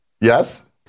Yes